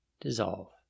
dissolve